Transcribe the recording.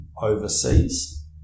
overseas